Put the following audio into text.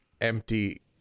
empty